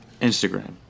Instagram